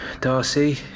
Darcy